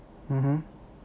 mmhmm